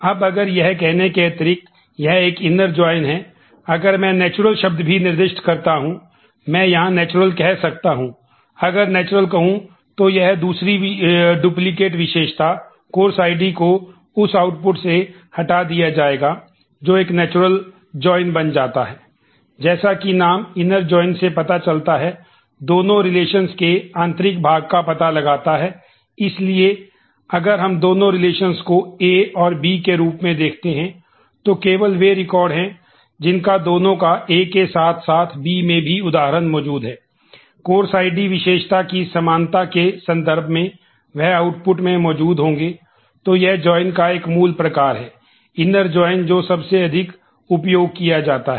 अब अगर यह कहने के अतिरिक्त यह एक इनर जॉइन जो सबसे अधिक उपयोग किया जाता है